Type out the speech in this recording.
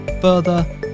further